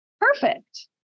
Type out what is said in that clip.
perfect